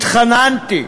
התחננתי: